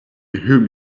whom